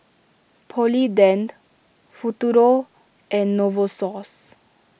Polident Futuro and Novosource